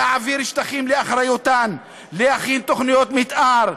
להעביר שטחים לאחריותן, להכין תוכניות מתאר,